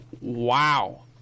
wow